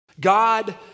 God